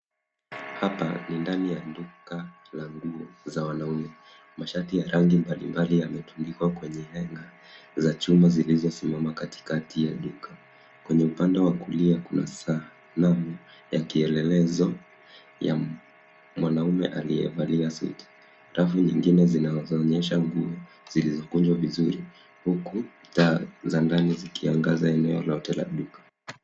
Hapa ni ndani ya duka la nguo za wanaume. Mashati ya rangi mbalimbali yametundikwa kwenye rack za chuma zilizosimama katikati ya duka. Kwenye upande wa kulia kuna sanamu ya kielelezo ya mwanaume aliyevalia suti. Rafu nyingine zinazoonyesha nguo zilizokunjwa vizuri, huku taa za ndani zikiangaza eneo lote la duka.